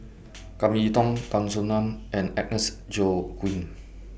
Kam Kee Yong Tan Soo NAN and Agnes Joaquim